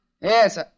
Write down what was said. Yes